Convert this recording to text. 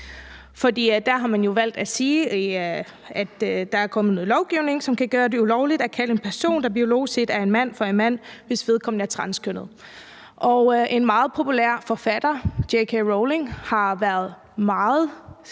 der er i Skotland. Der er kommet noget lovgivning, som kan gøre det ulovligt at kalde en person, der biologisk set er en mand, for en mand, hvis vedkommende er transkønnet. En meget populær forfatter, J.K. Rowling, har været ude og